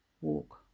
walk